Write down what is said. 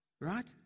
right